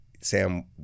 Sam